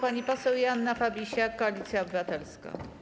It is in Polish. Pani poseł Joanna Fabisiak, Koalicja Obywatelska.